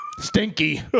Stinky